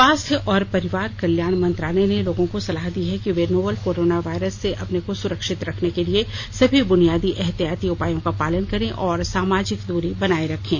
स्वास्थ्य और परिवार कल्याण मंत्रालय ने लोगों को सलाह दी है कि वे नोवल कोरोना वायरस से अपने को सुरक्षित रखने के लिए सभी बुनियादी एहतियाती उपायों का पालन करें और सामाजिक दूरी बनाए रखें